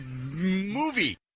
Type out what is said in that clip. movie